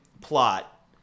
plot